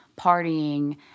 partying